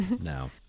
No